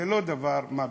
זה לא דבר של מה בכך.